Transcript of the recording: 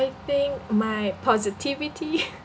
I think my positivity